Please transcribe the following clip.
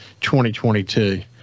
2022